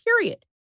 Period